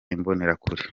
imbonerakure